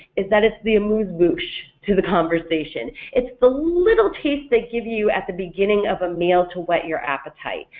is that it's the amuse-bouche to the conversation, it's the little taste they give you at the beginning of a meal to whet your appetite,